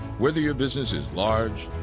whether your business is large.